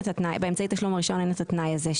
באמצעי התשלום הראשון אין את התנאי הזה,